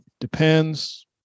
Depends